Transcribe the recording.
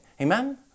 Amen